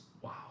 wow